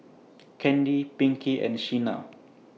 Candy Pinkie and Shena